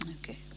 Okay